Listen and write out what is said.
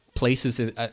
places